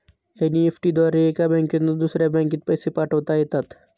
NEFT द्वारे एका बँकेतून दुसऱ्या बँकेत पैसे पाठवता येतात